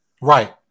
right